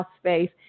space